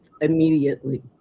immediately